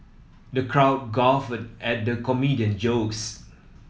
the crowd guffawed at the comedian jokes